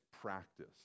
practice